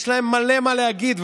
יש להם מלא מה להגיד,